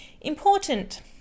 important